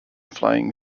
flying